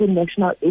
national